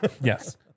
Yes